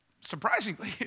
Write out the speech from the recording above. surprisingly